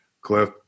Cliff